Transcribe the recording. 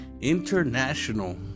international